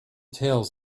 tales